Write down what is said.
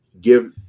give